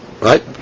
Right